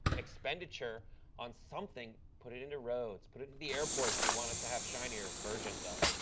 expenditure on something, put it into roads. but into the airports you want us to have shinier versions of.